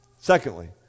Secondly